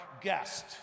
guest